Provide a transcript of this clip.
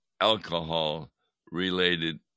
alcohol-related